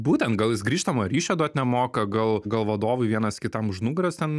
būtent gal jis grįžtamojo ryšio duot nemoka gal gal vadovui vienas kitam už nugaros ten